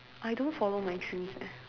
I don't follow my dreams eh